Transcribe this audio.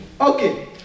Okay